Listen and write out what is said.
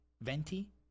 Venti